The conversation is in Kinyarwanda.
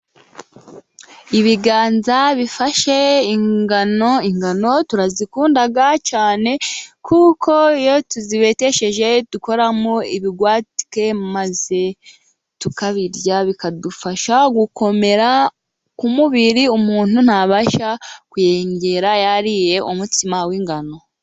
Ibiganza bifashe ingano, ingano turazikunda cyane kuko iyo tuzibetesheje dukuramo ibigwatike maze tukabirya, bikadufasha gukomera ku mubiri umuntu ntabasha kuyengera yariye umutsima w'ingano.